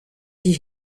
die